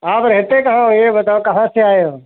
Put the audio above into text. आप रहते कहाँ हो ये बताओ कहाँ से आए हो